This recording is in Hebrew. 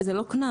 זה לא קנס.